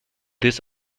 this